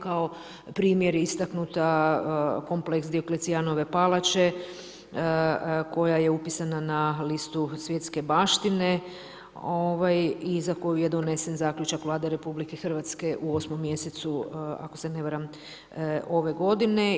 Kao primjer je istaknuta kompleks Dioklecijanove palače koja je upisana na listu svjetske baštine i za koju je donesen zaključak Vlade RH u 8 mjesecu, ako se ne varam ove godine.